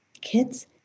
kids